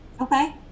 Okay